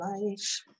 life